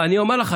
אני אומר לך,